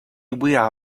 will